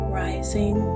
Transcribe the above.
rising